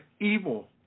evil